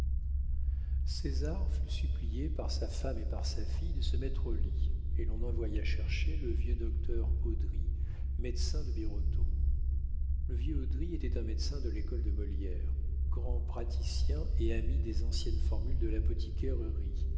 césar fut supplié par sa femme et par sa fille de se mettre au lit et l'on envoya chercher le vieux docteur haudry médecin de birotteau le vieux haudry était un médecin de l'école de molière grand praticien et ami des anciennes formules de l'apothicairerie